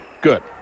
Good